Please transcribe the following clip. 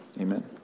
Amen